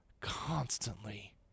constantly